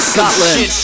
Scotland